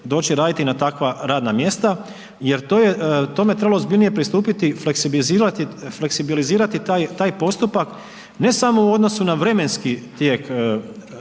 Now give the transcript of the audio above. doći raditi na takva radna mjesta, jer tome je trebalo ozbiljnije pristupiti, fleksilibizirati taj postupak ne samo u odnosu na vremenski tijek